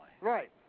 Right